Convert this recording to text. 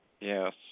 Yes